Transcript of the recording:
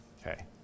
Okay